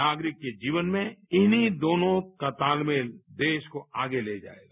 नागरिक के जीवन में इन्हीं दोनों का तालमेल देश को आगे ले जाएगा